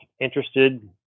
interested